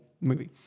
movie